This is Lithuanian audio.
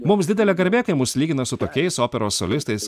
mums didelė garbė kai mus lygina su tokiais operos solistais